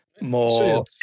more